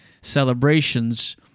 celebrations